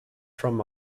from